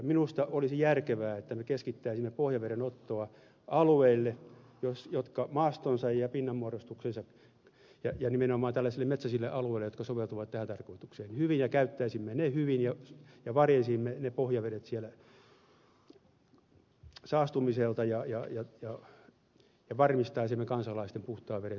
minusta olisi järkevää että me keskittäisimme pohjavedenottoa nimenomaan tällaisille metsäisille alueille jotka maastonsa ja pinnanmuodostuksensa kannalta soveltuvat tähän tarkoitukseen hyvin ja käyttäisimme ne hyvin varjelisimme ne pohjavedet siellä saastumiselta ja varmistaisimme kansalaisten puhtaan veden saannin näin